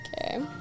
Okay